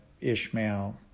Ishmael